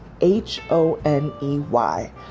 H-O-N-E-Y